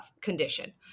condition